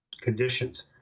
conditions